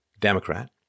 Democrat